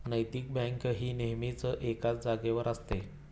नैतिक बँक ही नेहमीच एकाच जागेवर असते